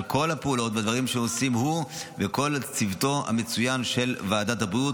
על כל הפעולות והדברים שעושים הוא וכל הצוות המצוין של ועדת הבריאות.